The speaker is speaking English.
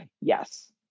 yes